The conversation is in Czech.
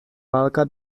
válka